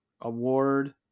award